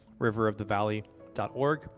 riverofthevalley.org